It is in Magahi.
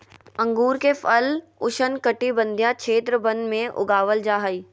अंगूर के फल उष्णकटिबंधीय क्षेत्र वन में उगाबल जा हइ